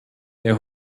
their